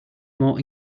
more